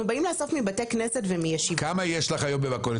למה אין לנו,